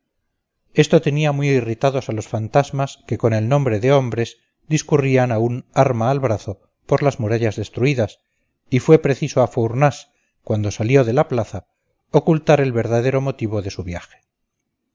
esto tenía muy irritados a los fantasmas que con el nombre de hombres discurrían aún arma al brazo por las murallas destruidas y fue preciso a fournás cuando salió de la plaza ocultar el verdadero motivo de su viaje